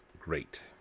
great